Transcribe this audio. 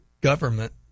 government